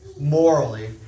morally